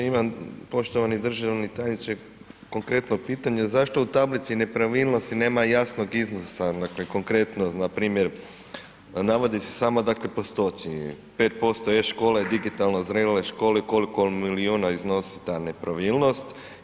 Imam, poštovani državni tajniče, konkretno pitanje, zašto u tablici nepravilnosti nema jasno iznosa, dakle konkretno npr. navode se samo dakle postoci, 5% e-škole, digitalno ... školi koliko milijuna iznosi ta nepravilnost.